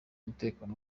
umutekano